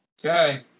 Okay